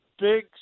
big